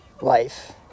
life